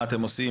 מה אתם עושים?